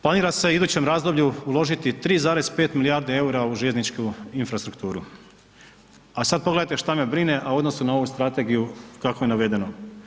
Planira se u idućem razdoblju uložiti 3,5 milijardi EUR-a u željezničku infrastrukturu, a sad pogledajte šta me brine, a u odnosu na ovu strategiju kako je navedeno.